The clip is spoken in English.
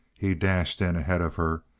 he dashed in ahead of her,